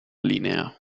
linea